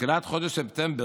בתחילת חודש ספטמבר,